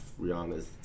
Rihanna's